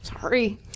Sorry